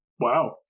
Wow